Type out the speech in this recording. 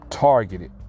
Targeted